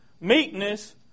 meekness